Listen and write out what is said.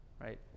right